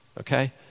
okay